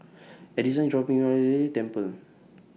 Addison IS dropping Me off Temple